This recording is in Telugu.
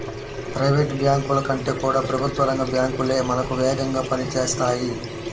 ప్రైవేట్ బ్యాంకుల కంటే కూడా ప్రభుత్వ రంగ బ్యాంకు లే మనకు వేగంగా పని చేస్తాయి